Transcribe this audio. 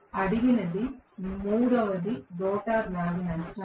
అడిగిన మూడవది రోటర్ రాగి నష్టం